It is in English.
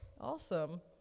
Awesome